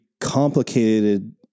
complicated